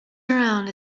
around